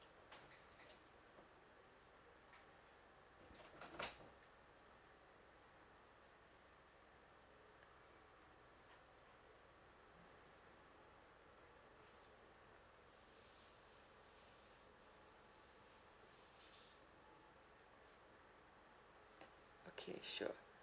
okay sure